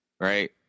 right